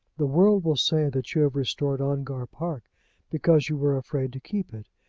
the world will say that you have restored ongar park because you were afraid to keep it.